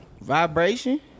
Vibration